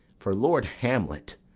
for lord hamlet,